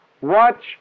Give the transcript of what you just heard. Watch